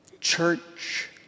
church